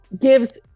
gives